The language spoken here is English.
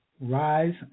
Rise